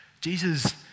Jesus